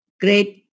great